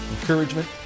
encouragement